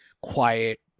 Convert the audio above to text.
quiet